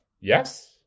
Yes